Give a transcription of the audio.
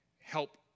help